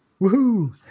Woohoo